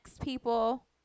people